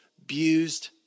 abused